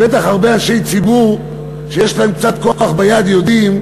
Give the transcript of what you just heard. אני הייתי ראש עיר ובטח הרבה אנשי ציבור שיש להם קצת כוח ביד יודעים,